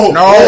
no